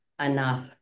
enough